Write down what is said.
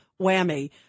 whammy